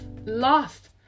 lost